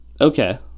Okay